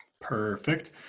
Perfect